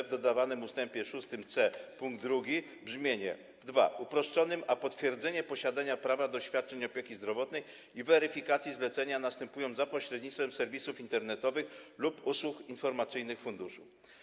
W dodawanym ust. 6c pkt 2 otrzymuje brzmienie: 2) uproszczonym, a potwierdzenie posiadania prawa do świadczeń opieki zdrowotnej i weryfikacja zlecenia następują za pośrednictwem serwisów internetowych lub usług informacyjnych funduszu.